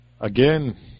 Again